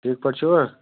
ٹھیٖک پٲٹھۍ چھِوا